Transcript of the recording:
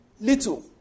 Little